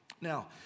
Now